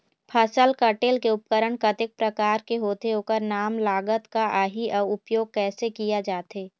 फसल कटेल के उपकरण कतेक प्रकार के होथे ओकर नाम लागत का आही अउ उपयोग कैसे किया जाथे?